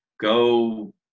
go